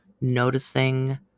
noticing